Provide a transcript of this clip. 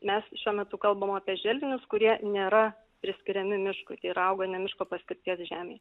mes šiuo metu kalbam apie želdinius kurie nėra priskiriami miškui tai yra auga ne miško paskirties žemėj